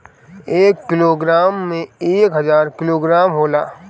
एक किलोग्राम में एक हजार ग्राम होला